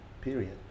Period